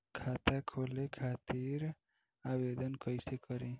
खाता खोले खातिर आवेदन कइसे करी?